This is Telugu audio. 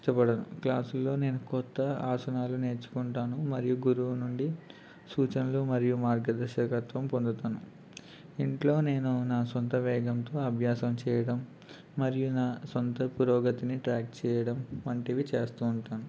ఇష్టపడను క్లాసులో నేను కొత్త ఆసనాలు నేర్చుకుంటాను మరియు గురువు నుండి సూచనలు మరియు మార్గదర్శకత్వం పొందుతాను ఇంట్లో నేను నా సొంత వేగంతో అభ్యాసం చేయడం మరియు నా సొంత పురోగతిని ట్రాక్ చేయడం వంటివి చేస్తుంటాను